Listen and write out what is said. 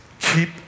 keep